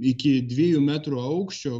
iki dviejų metrų aukščio